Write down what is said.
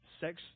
Sex